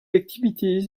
activities